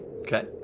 Okay